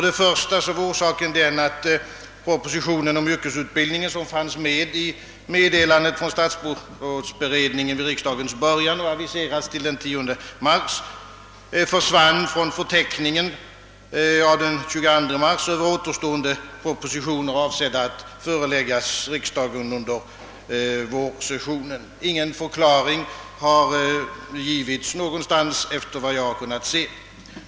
Den första orsaken var att propositionen om yrkesutbildningen, som fanns med i meddelandet från statsrådsberedningen vid riksdagens början och aviserats till den 10 mars, försvann från förteckningen av den 22 mars över återstående propositioner, avsedda att före läggas riksdagen under vårsessionen. Efter vad jag kunnat se har ingen förklaring givits någonstans.